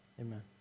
amen